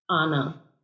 Anna